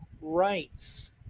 rights